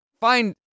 find